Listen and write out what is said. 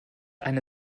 eine